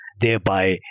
thereby